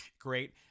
Great